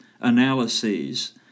analyses